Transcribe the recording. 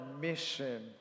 mission